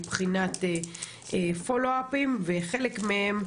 מבחינת פולו-אפים וחלק מהם,